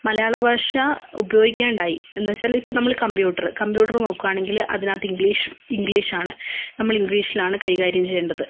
മലയാള ഭാഷ ഉപയോഗിക്കാണ്ടായി എന്നു വച്ചാൽ ഇപ്പം നമ്മൾ കമ്പ്യൂട്ടറ് കമ്പ്യൂട്ടർ നോക്കുകയാണെങ്കിൽ അതിനകത്ത് ഇംഗ്ലീഷ് ഇംഗ്ലീഷാണ് നമ്മൾ ഇംഗ്ലീഷിലാണ് കൈകാര്യം ചെയ്യേണ്ടത്